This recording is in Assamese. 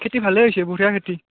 খেতি ভালে হৈছে বঢ়িয়া খেতি